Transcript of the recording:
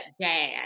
dad